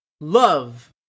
love